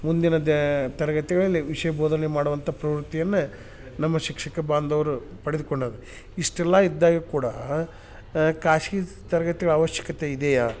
ಮುಂದಿನ ದ ತರಗತಿಗಳಲ್ಲಿ ವಿಷಯ ಬೋಧನೆ ಮಾಡುವಂಥ ಪ್ರವೃತ್ತಿಯನ್ನ ನಮ್ಮ ಶಿಕ್ಷಕ ಬಾಂಧವರು ಪಡೆದುಕೊಂಡಾರೆ ಇಷ್ಟೆಲ್ಲಾ ಇದ್ದಾಗ ಕೂಡ ಖಾಸ್ಗಿ ತರಗತಿಗಳ ಆವಶ್ಯಕತೆ ಇದೆಯಾ